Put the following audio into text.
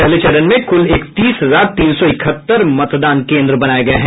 पहले चरण में कुल इकतीस हजार तीन सौ इकहत्तर मतदान केन्द्र बनाये गये हैं